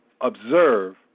observe